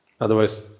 Otherwise